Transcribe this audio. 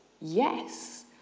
yes